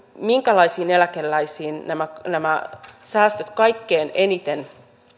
minkälaisiin eläkeläisiin nämä nämä säästöt kaikkein eniten